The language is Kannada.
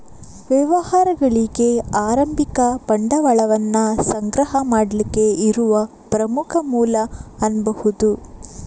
ವ್ಯವಹಾರಗಳಿಗೆ ಆರಂಭಿಕ ಬಂಡವಾಳವನ್ನ ಸಂಗ್ರಹ ಮಾಡ್ಲಿಕ್ಕೆ ಇರುವ ಪ್ರಮುಖ ಮೂಲ ಅನ್ಬಹುದು